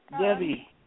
Debbie